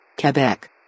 Quebec